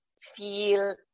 feel